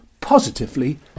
positively